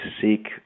seek